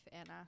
Anna